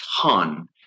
ton